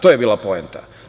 To je bila poenta.